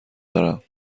دارم